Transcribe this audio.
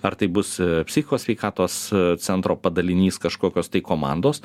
ar tai bus psichikos sveikatos centro padalinys kažkokios tai komandos